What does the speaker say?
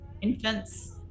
infants